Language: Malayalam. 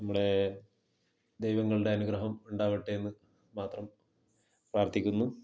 നമ്മുടെ ദൈവങ്ങളുടെ അനുഗ്രഹം ഉണ്ടാവട്ടെ എന്ന് മാത്രം പ്രാർത്ഥിക്കുന്നു